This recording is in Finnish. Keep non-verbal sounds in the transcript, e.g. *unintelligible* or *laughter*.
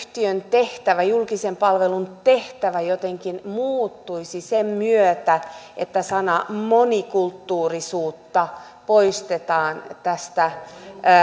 *unintelligible* yhtiön julkisen palvelun tehtävä jotenkin muuttuisi sen myötä että sana monikulttuurisuutta poistetaan tästä